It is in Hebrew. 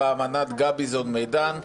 באמנת גביזון-מידן,